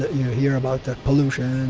you hear about the pollution,